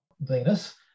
Venus